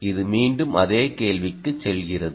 இது மீண்டும் அதே கேள்விக்கு செல்கிறது